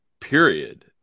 period